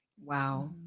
Wow